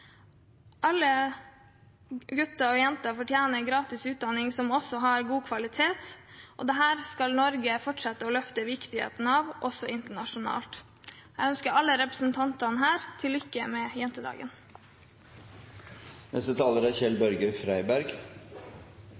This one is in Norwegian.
Alle gutter og jenter fortjener gratis utdanning som også har god kvalitet. Dette skal Norge fortsette å løfte viktigheten av, også internasjonalt. Jeg ønsker alle representantene her til lykke med jentedagen. Før valgkampen, under valgkampen og ikke minst i gårsdagens og dagens debatt er